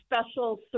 special